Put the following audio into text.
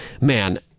man